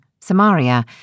Samaria